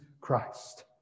Christ